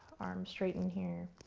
arms straighten here.